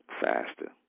faster